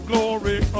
Glory